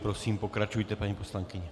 Prosím, pokračujte, paní poslankyně.